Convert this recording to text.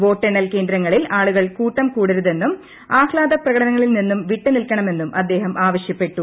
വോട്ടെണ്ണൽ കേന്ദ്രങ്ങളിൽ ആളുകൾ കൂട്ടം കൂടരുതെന്നും ആഹ്ലാദപ്രകടനങ്ങളിൽ നിന്നും വിട്ടു നിൽക്കണമെന്നും അദ്ദേഹം ആവശ്യപ്പെട്ടു